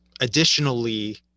additionally